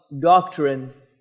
doctrine